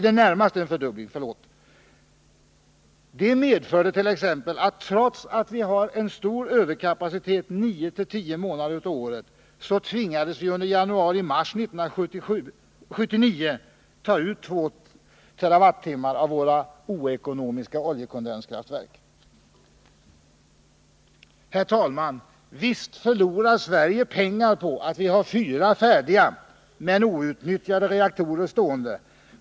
Detta medförde t.ex. att vi, trots att vi har stor överkapacitet 9—10 månader om året, tvingades att under januari-mars 1979 ta ut 2 TWh av våra oekonomiska oljekondenskraftverk. Herr talman! Visst förlorar Sverige pengar på att vi har fyra färdiga men outnyttjade reaktorer stående.